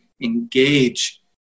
engage